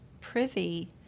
privy